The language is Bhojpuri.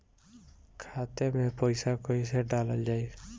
खाते मे पैसा कैसे डालल जाई?